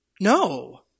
No